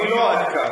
אני לא "עד כאן".